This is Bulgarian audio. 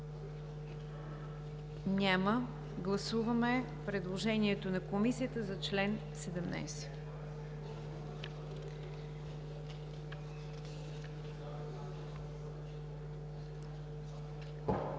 Няма. Гласуваме предложението на Комисията за чл. 17.